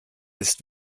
ist